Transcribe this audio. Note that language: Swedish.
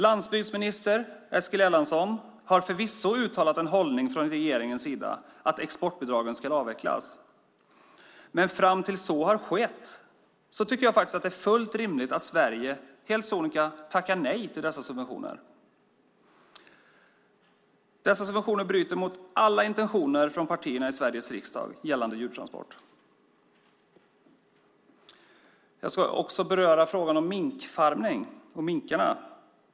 Landsbygdsminister Eskil Erlandsson har förvisso uttalat en hållning från regeringens sida, att exportbidragen ska avvecklas, men fram till så har skett tycker jag faktiskt att det är fullt rimligt att Sverige helt sonika tackar nej till dessa subventioner. Dessa subventioner bryter mot alla intentioner från partierna i Sveriges riksdag gällande djurtransporter. Jag ska också beröra frågan om minkfarmning och minkarna.